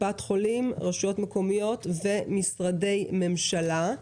קופות חולים, רשויות מקומיות ומשרדי ממשלה.